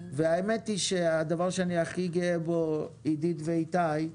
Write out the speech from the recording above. האמת היא שהדבר שאני הכי גאה בו, עידית ואיתי,